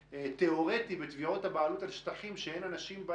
תאורטי בתביעות הבעלות על שטחים שאין בהם אנשים,